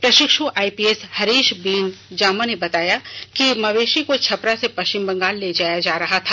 प्रशिक्ष् आईपीएस हरीश बीन जामा ने बताया कि मवेशी को छपरा से पश्चिम बंगाल ले जाया जा रहा था